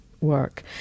work